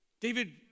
David